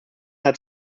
hat